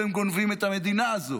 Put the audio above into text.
והם גונבים את המדינה הזו.